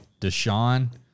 Deshaun –